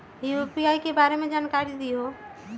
UPI के बारे में जानकारी दियौ?